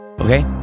Okay